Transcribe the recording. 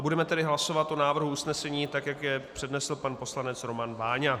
Budeme tedy hlasovat o návrh usnesení, tak jak jej přednesl pan poslanec Roman Váňa.